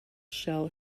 shell